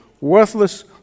worthless